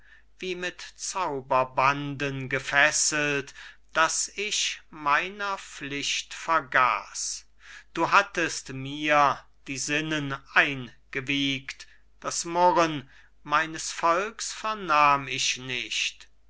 wie mit zauberbanden gefesselt daß ich meiner pflicht vergaß du hattest mir die sinnen eingewiegt das murren meines volks vernahm ich nicht